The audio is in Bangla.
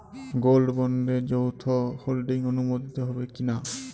গোল্ড বন্ডে যৌথ হোল্ডিং অনুমোদিত হবে কিনা?